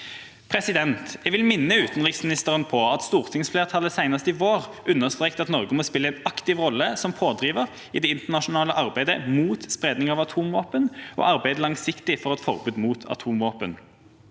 Jeg vil minne utenriksministeren på at stortingsflertallet senest i vår understreket at «Norge må spille en aktiv rolle som pådriver i det internasjonale arbeidet mot spredning av atomvåpen og arbeide langsiktig for et forbud mot slike våpen».